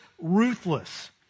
ruthless